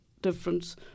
difference